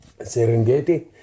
Serengeti